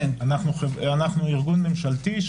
אנחנו ארגון ממשלתי.